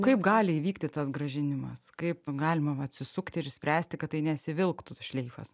kaip gali įvykti tas grąžinimas kaip galima atsisukti ir spręsti kad tai nesivilktų tas šleifas